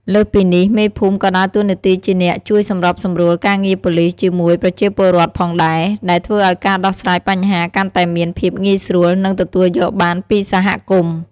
លើសពីនេះ មេភូមិក៏ដើរតួនាទីជាអ្នក ជួយសម្របសម្រួលការងារប៉ូលីសជាមួយប្រជាពលរដ្ឋ ផងដែរ ដែលធ្វើឱ្យការដោះស្រាយបញ្ហាកាន់តែមានភាពងាយស្រួល និងទទួលយកបានពីសហគមន៍។